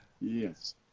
Yes